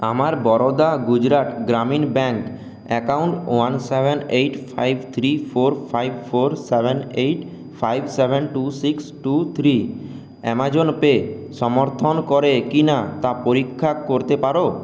আমার Baroda Gujarat Gramin bank account one seven eight five three four five four seven eight five seven two six two three Amazon Pay সমর্থন করে কিনা তা পরীক্ষা করতে পারো